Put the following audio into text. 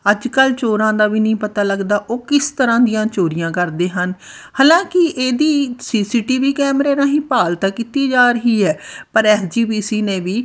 ਅੱਜ ਕੱਲ੍ਹ ਚੋਰਾਂ ਦਾ ਵੀ ਨਹੀਂ ਪਤਾ ਲੱਗਦਾ ਉਹ ਕਿਸ ਤਰ੍ਹਾਂ ਦੀਆਂ ਚੋਰੀਆਂ ਕਰਦੇ ਹਨ ਹਾਲਾਂਕਿ ਇਹਦੀ ਸੀ ਸੀ ਟੀ ਵੀ ਕੈਮਰੇ ਰਾਹੀਂ ਭਾਲ ਤਾ ਕੀਤੀ ਜਾ ਰਹੀ ਹੈ ਪਰ ਐਸ ਜੀ ਪੀ ਸੀ ਨੇ ਵੀ